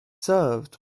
served